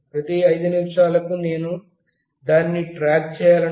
ప్రతి 5 నిమిషాలకు నేను దానిని ట్రాక్ చేయాలనుకుంటున్నాను